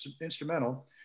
instrumental